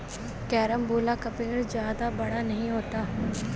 carambola का पेड़ जादा बड़ा नहीं होता